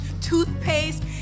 toothpaste